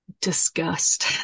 disgust